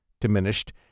diminished